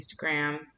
Instagram